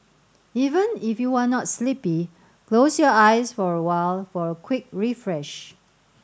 even if you are not sleepy close your eyes for a while for a quick refresh